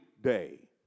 day